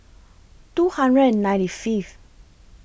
two hundred and ninety Fifth